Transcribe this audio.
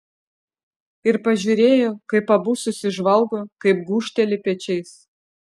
ir pažiūrėjo kaip abu susižvalgo kaip gūžteli pečiais